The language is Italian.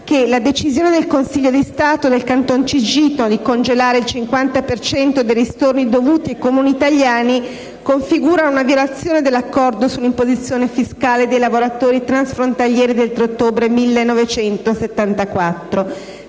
la decisione del Consiglio di Stato del Canton Ticino di congelare il 50 per cento dei ristorni dovuti ai Comuni italiani configura una violazione dell'Accordo sull'imposizione fiscale dei lavoratori transfrontalieri del 3 ottobre 1974.